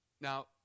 Now